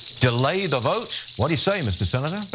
delay the vote. what do you say mr. senator?